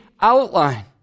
outline